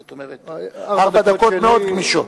כלומר ארבע דקות מאוד גמישות.